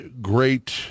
great